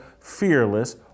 Fearless